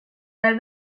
nel